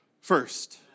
first